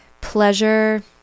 Pleasure